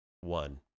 one